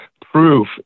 proof